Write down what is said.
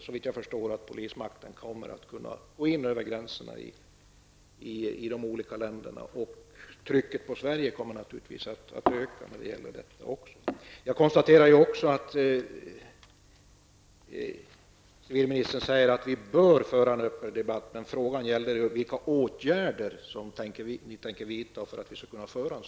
Såvitt jag förstår kommer polisen att kunna gå in över gränserna i de olika länderna. Trycket på Sverige kommer naturligtvis att öka. Vidare konstaterar jag att civilministern sade att vi bör föra en öppen debatt, men frågan gällde vilka åtgärder som bör vidtas för att en sådan debatt skall kunna föras.